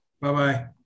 Bye-bye